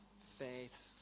Faith